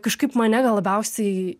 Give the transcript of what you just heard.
kažkaip mane gal labiausiai